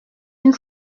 une